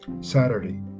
Saturday